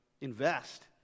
Invest